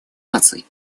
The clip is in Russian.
наций